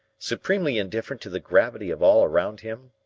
supremely indifferent to the gravity of all around him?